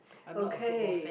okay